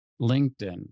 LinkedIn